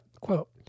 quote